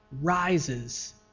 rises